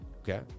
Okay